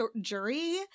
jury